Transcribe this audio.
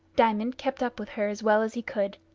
diamond kept up with her as well as he could.